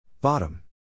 Bottom